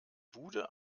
bude